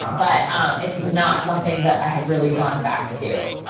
but it's not something that i have really gone back to.